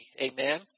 Amen